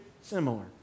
similar